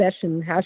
session